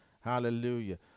hallelujah